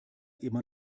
immer